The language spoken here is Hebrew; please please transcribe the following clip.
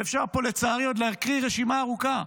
אפשר פה, לצערי, עוד להקריא רשימה ארוכה.